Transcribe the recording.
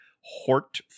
Hort